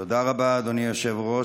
תודה רבה, אדוני היושב-ראש.